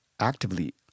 actively